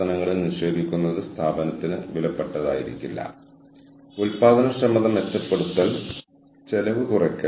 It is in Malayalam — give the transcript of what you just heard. ആളുകളെ വേണ്ടത്ര പ്രചോദിപ്പിക്കുക അതുവഴി അവരുടെ ഉൽപ്പാദനക്ഷമതയും അവരെ കഴിയുന്നത്ര ഉൽപ്പാദനക്ഷമമാക്കുക